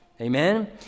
Amen